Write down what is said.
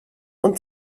und